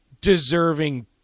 deserving